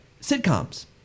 sitcoms